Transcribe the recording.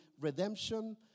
redemption